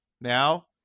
Now